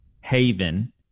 Haven